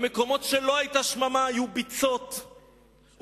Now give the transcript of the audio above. במקומות שלא היתה שממה היו ביצות ומחלות,